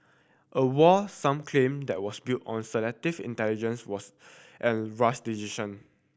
a war some claim that was built on selective intelligence was and rash decision